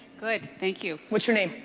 good, thank you. what's your name?